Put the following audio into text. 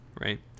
right